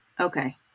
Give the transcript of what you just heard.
Okay